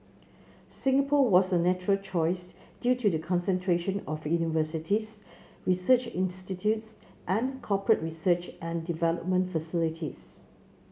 Singapore was a natural choice due to the concentration of universities research institutes and corporate research and development facilities